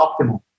optimal